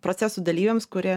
procesų dalyviams kurie